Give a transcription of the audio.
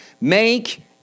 make